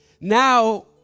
Now